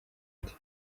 ati